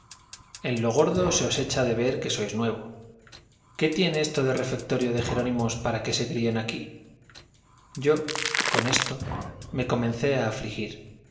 en lo gordo se os echa de ver que sois nuevo qué tiene esto de refectorio de jerónimos para que se críen aquí yo con esto me comencé a afligir